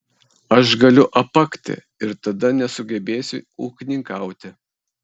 aš galiu apakti ir tada nesugebėsiu ūkininkauti